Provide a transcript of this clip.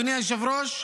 אדוני היושב-ראש,